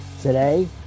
Today